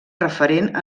referent